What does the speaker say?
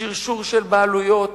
שרשור של בעלויות,